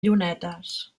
llunetes